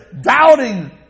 doubting